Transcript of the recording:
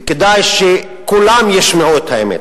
וכדאי שכולם ישמעו את האמת: